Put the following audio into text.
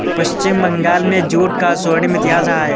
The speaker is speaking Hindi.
पश्चिम बंगाल में जूट का स्वर्णिम इतिहास रहा है